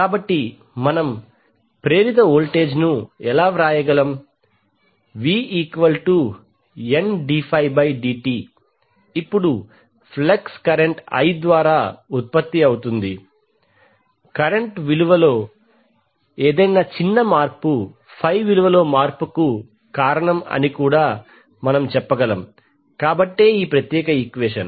కాబట్టి మనం ప్రేరిత వోల్టేజ్ను ఎలా వ్రాయగలం vNddt ఇప్పుడు ఫ్లక్స్ కరెంట్ i ద్వారా ఉత్పత్తి అవుతుంది కాబట్టి కరెంట్ విలువలో ఏదైనా చిన్న మార్పు విలువ లో మార్పు కు కారణం అని కూడా మనం చెప్పగలం కాబట్టే ఈ ప్రత్యేక ఈక్వెషన్